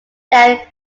then